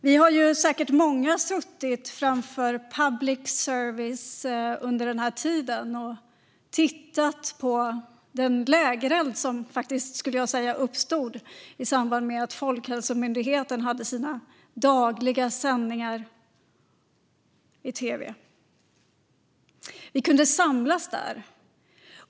Vi är säkert många som suttit framför public service under här tiden och tittat på den lägereld, skulle jag faktiskt säga, som uppstod i samband med att Folkhälsomyndigheten började ha sina dagliga sändningar i tv. Vi kunde samlas där.